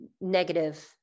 negative